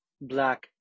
black